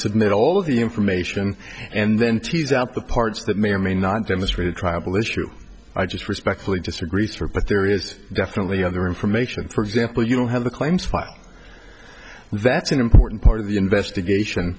submit all of the information and then tease out the parts that may or may not demonstrated triable issue i just respectfully disagree for but there is definitely other information for example you don't have the claims filed and that's an important part of the investigation